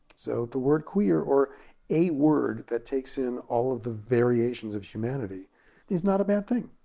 so the word queer or a word that takes in all of the variations of humanity is not a bad thing.